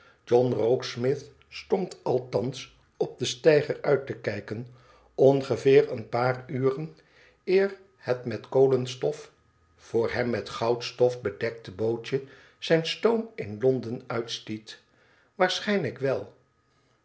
john rokesmith stond althans op den steiger uit te kijken ongeveer een paar uren eer het met kolenstof voor hem met goudstof bedekte bootje zijn stoom in londen uitliet waarschijnlijk wel